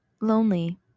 lonely